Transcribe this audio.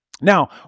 Now